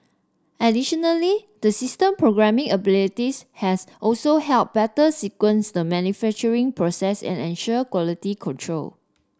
additionally the system programming abilities have also helped better sequence the manufacturing process and ensure quality control